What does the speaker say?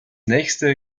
nächste